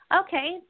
Okay